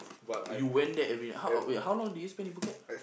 you went there every night how wait how long did you spend in Phuket